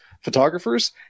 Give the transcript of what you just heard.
photographers